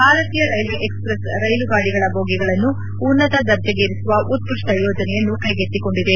ಭಾರತೀಯ railway express ರೈಲು ಗಾಡಿಗಳ ಬೋಗಿಗಳನ್ನು ಉನ್ನತದರ್ಜೆಗೇರಿಸುವ ಉತ್ಕ ಷ್ಣ ಯೋಜನೆಯನ್ನು ಕೈಗೆತ್ತಿಕೊಂಡಿದೆ